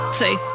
take